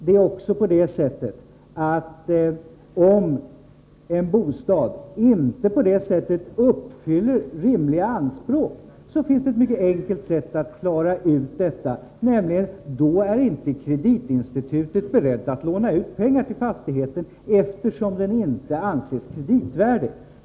Dessutom är det så att om en bostad inte uppfyller rimliga anspråk är kreditinstituten inte beredda att låna ut pengar till fastigheten, eftersom den inte anses kreditvärdig.